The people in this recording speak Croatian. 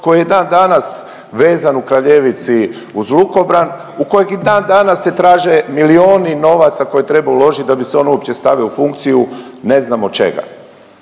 koji je dandanas vezan u Kraljevici uz lukobran u kojeg i dandanas se traže milijuni novaca koje treba uložiti da bi se on uopće stavio u funkciju, ne znamo čega.